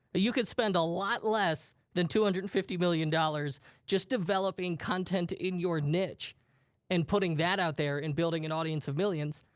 you could spend a lot less than two hundred and fifty million dollars just developing content in your niche and putting that out there and building an audience of millions